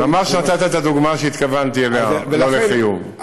ממש נתת את הדוגמה שהתכוונתי אליה, לא לחיוב.